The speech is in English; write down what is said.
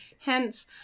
Hence